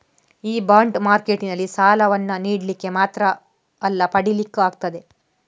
ಈ ಬಾಂಡ್ ಮಾರ್ಕೆಟಿನಲ್ಲಿ ಸಾಲವನ್ನ ನೀಡ್ಲಿಕ್ಕೆ ಮಾತ್ರ ಅಲ್ಲ ಪಡೀಲಿಕ್ಕೂ ಆಗ್ತದೆ